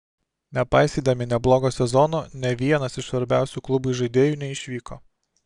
nepaisydami neblogo sezono nė vienas iš svarbiausių klubui žaidėjų neišvyko